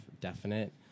definite